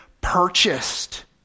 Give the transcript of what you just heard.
purchased